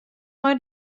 mei